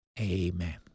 amen